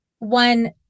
One